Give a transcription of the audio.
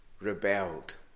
rebelled